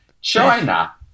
China